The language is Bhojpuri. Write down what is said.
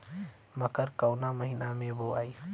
मकई कवना महीना मे बोआइ?